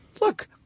look